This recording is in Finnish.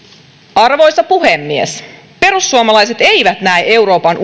arvoisa puhemies perussuomalaiset eivät näe euroopan